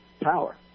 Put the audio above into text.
power